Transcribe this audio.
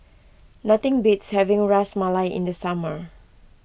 nothing beats having Ras Malai in the summer